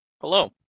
Hello